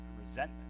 resentment